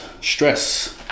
Stress